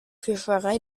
fischerei